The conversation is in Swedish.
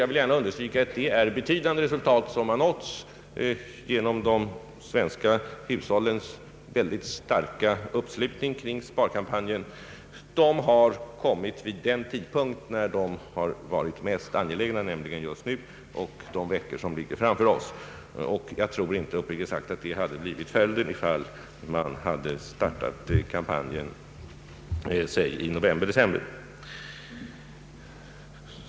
Jag vill gärna understryka att de resultat som nåtts genom de svenska hushållens mycket starka uppslutning kring sparkampanjen har kommit vid den tidpunkt då de varit mest angelägna, nämligen just nu och under de veckor som ligger framför oss. Jag tror uppriktigt sagt inte att följden blivit densamma om man startat kampanjen i låt oss säga november—december.